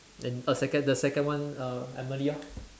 and a second the second one err Emily lor